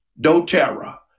doTERRA